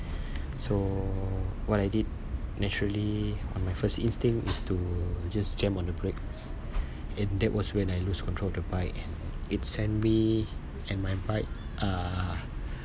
so what I did naturally on my first instinct is to just jam on the brakes and that was when I lose control of the bike and it sent me and my bike uh